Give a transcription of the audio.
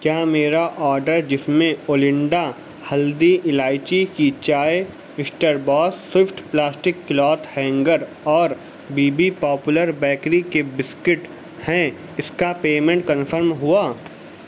کیا میرا آڈر جس میں اولنڈا ہلدی الائچی کی چائے Mister Boss soft plastic cloth hanger اور بی بی پاپیولر بیکری کے بسکٹ ہیں اس کا پیمنٹ کنفرم ہوا